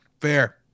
Fair